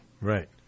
Right